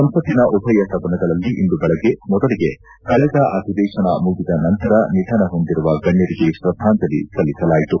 ಸಂಸತ್ತಿನ ಉಭಯ ಸದನಗಳಲ್ಲಿ ಇಂದು ಬೆಳಗ್ಗೆ ಮೊದಲಿಗೆ ಕಳೆದ ಅಧಿವೇಶನ ಮುಗಿದ ನಂತರ ನಿಧನ ಹೊಂದಿರುವ ಗಣ್ಣರಿಗೆ ಶ್ರದ್ದಾಂಜಲಿ ಸಲ್ಲಿಸಲಾಯಿತು